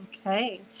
okay